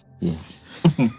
Yes